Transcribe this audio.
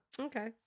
Okay